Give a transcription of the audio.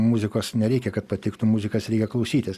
muzikos nereikia kad patiktų muzikas reikia klausytis